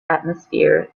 atmosphere